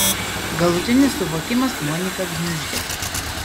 galutinis suvokimas moniką gniuždė